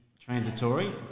transitory